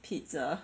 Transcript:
pizza